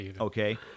Okay